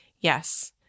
yes